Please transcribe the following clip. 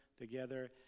together